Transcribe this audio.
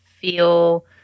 feel